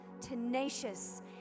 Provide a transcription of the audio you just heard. tenacious